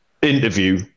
Interview